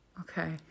okay